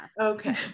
Okay